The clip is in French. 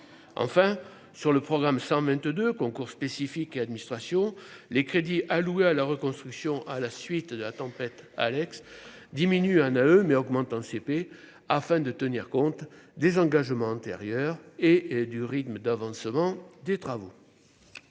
enfin sur le programme 122 Concours spécifiques et administration, les crédits alloués à la reconstruction, à la suite de la tempête Alex diminue un eux mais augmente en CP afin de tenir compte des engagements antérieurs et et du rythme d'avancement des travaux,